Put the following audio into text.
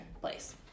place